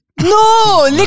no